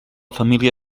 família